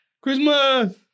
Christmas